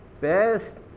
Best